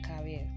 career